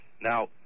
Now